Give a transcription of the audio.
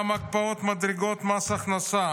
גם הקפאת מדרגות מס הכנסה,